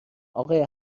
آقای